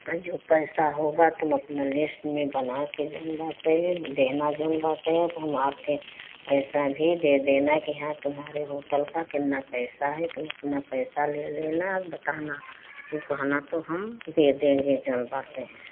आ जो पैसा होगा तुम अपना लिस्ट में बना के जोन बाटै है देना जोन बाटै है तो हम आपके पैसा भी दे देना कि हाँ तुम्हारे होटल का कितना पैसा है तुम अपना पैसा ले लेना बताना यूं कहना तो हम दे देगें जौन बाटै है